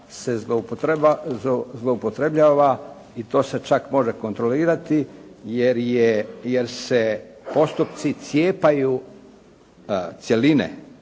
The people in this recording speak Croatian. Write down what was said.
se zloupotrebljava i to se čak može kontrolirati jer je, jer se postupci cijepaju cjeline